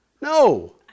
No